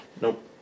Nope